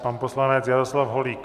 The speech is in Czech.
Pan poslanec Jaroslav Holík.